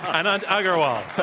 anant agarwal.